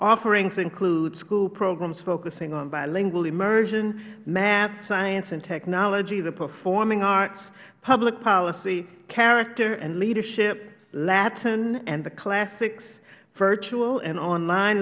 offerings include school programs focusing on bilingual emersion math science and technology the performing arts public policy character and leaders latin and the classics virtual and online